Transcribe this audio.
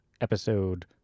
Episode